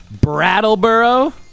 brattleboro